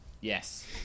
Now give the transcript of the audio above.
Yes